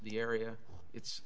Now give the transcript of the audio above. the area it's